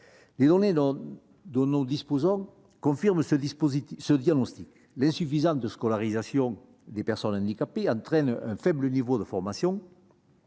Les données dont nous disposons confirment ce diagnostic : l'insuffisante scolarisation des personnes handicapées induit un faible niveau de formation,